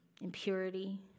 impurity